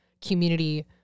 community